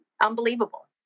unbelievable